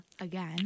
again